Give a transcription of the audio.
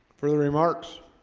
for the remarks